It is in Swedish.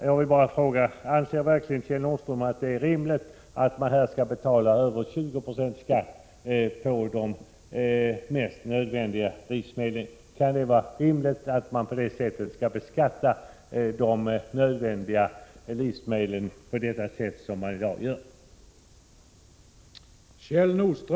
Jag vill fråga: Anser verkligen Kjell Nordström att det är rimligt att man skall betala över 20 90 i skatt på de mest nödvändiga livsmedlen, såsom man gör i dag?